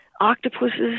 octopuses